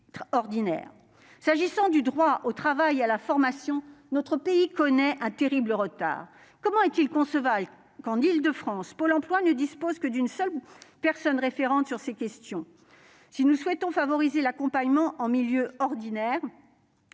matière de droit au travail et à la formation, notre pays connaît un terrible retard. Est-il concevable que, en Île-de-France, Pôle emploi ne dispose que d'une seule personne référente sur ces questions ? Pour favoriser l'accompagnement en milieu ordinaire,